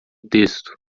texto